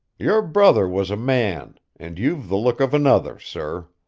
your brother was a man and you've the look of another, sir.